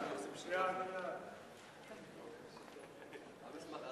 חוק מס ערך מוסף (תיקון מס'